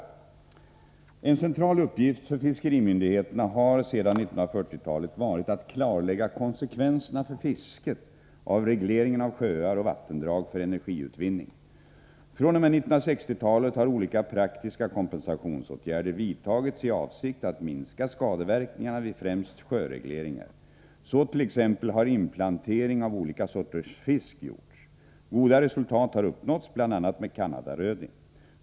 En central uppgift för fiskerimyndigheterna har sedan 1940-talet varit att klarlägga konsekvenserna för fisket av regleringen av sjöar och vattendrag för energiutvinning. Från och med 1960-talet har olika praktiska kompensationsåtgärder vidtagits i avsikt att minska skadeverkningarna vid främst sjöregleringar. Så t.ex. har inplantering av olika sorters fisk gjorts. Goda resultat har uppnåtts, bl.a. med kanadaröding.